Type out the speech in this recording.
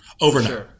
Overnight